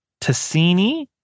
Tassini